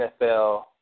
NFL